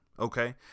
Okay